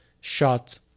shot